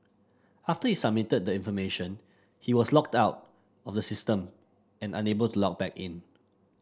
after he submitted the information he was logged out of the system and unable to log back in